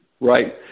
Right